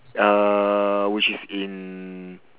uh which is in